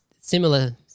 similar